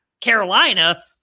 Carolina